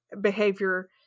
behavior